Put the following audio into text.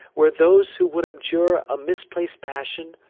where those who would abjure a misplaced passion,